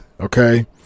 Okay